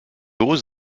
aux